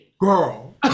Girl